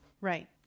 Right